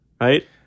right